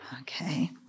Okay